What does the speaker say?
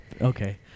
Okay